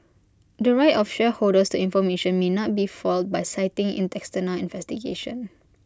the right of shareholders to information may not be foiled by citing external investigation